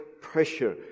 pressure